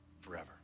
forever